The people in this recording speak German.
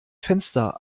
fenster